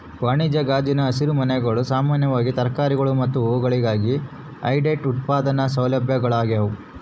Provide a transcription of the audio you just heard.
ವಾಣಿಜ್ಯ ಗಾಜಿನ ಹಸಿರುಮನೆಗಳು ಸಾಮಾನ್ಯವಾಗಿ ತರಕಾರಿಗಳು ಮತ್ತು ಹೂವುಗಳಿಗಾಗಿ ಹೈಟೆಕ್ ಉತ್ಪಾದನಾ ಸೌಲಭ್ಯಗಳಾಗ್ಯವ